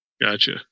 Gotcha